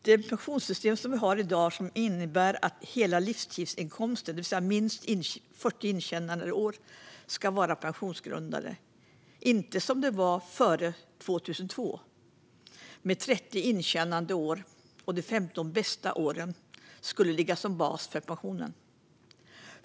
Det pensionssystem som vi har i dag innebär att hela livstidsinkomsten, det vill säga minst 40 intjänandeår, ska vara pensionsgrundande. Före 2002 var det i stället 30 intjänandeår som gällde, och de 15 bästa åren skulle ligga som bas för pensionen.